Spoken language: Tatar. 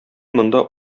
монда